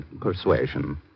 persuasion